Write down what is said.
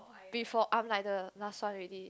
before I'm like the last one ready